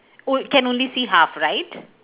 onl~ can only see half right